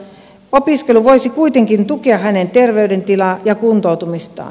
opiskelu voisi kuitenkin tukea hänen terveydentilaansa ja kuntoutumistaan